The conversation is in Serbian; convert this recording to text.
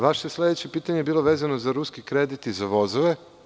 Vaše sledeće pitanje je bilo vezano za ruski kredit i za vozove.